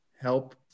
help